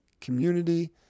community